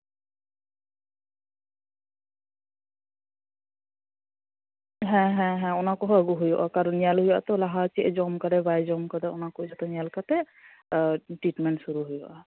ᱦᱮᱸ ᱦᱮᱸ ᱚᱱᱟ ᱠᱚᱦᱚᱸ ᱟ ᱜᱩ ᱦᱩᱭᱩᱜᱼᱟ ᱠᱟᱨᱚᱱ ᱧᱮᱞ ᱦᱩᱭᱩᱜᱼᱟ ᱛᱚ ᱞᱟᱦᱟ ᱪᱮᱫ ᱮᱭ ᱡᱚᱢ ᱠᱟᱫᱟ ᱵᱟᱭ ᱡᱚᱢ ᱠᱟᱫᱟ ᱚᱱᱟ ᱠᱚ ᱡᱚᱛᱚ ᱧᱮᱞ ᱠᱟᱛᱮ ᱴᱤᱴᱢᱮᱱᱴ ᱥᱩᱨᱩᱭ ᱦᱩᱭᱩᱜᱼᱟ